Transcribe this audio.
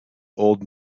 old